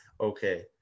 okay